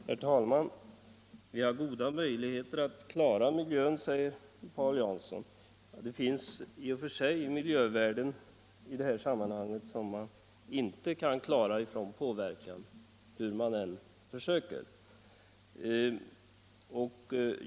Herr talman! Vi har goda möjligheter att klara miljön, säger herr Jansson. Det finns emellertid i det här sammanhanget miljövärden som man inte kan klara från påverkan hur man än försöker.